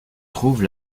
trouve